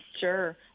Sure